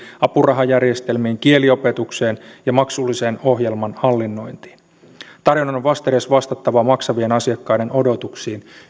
apurahajärjestelmiin kieliopetukseen ja maksullisen ohjelman hallinnointiin tarjonnan on vastedes vastattava maksavien asiakkaiden odotuksiin